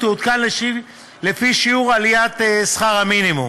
תעודכן לפי שיעור עליית שכר המינימום.